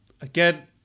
again